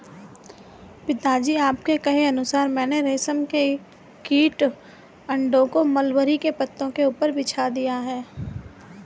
पिताजी आपके कहे अनुसार मैंने रेशम कीट के अंडों को मलबरी पत्तों के ऊपर बिछा दिया है